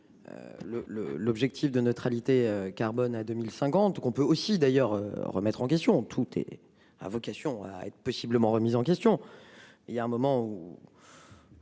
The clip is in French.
l'objectif de neutralité carbone à 2050 qu'on peut aussi d'ailleurs remettre en question tous tes a vocation à être possiblement remise en question. Il y a un moment où.